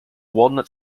walnut